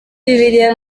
bibiliya